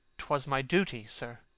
twas my duty, sir.